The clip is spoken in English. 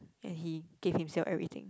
and he gave himself everything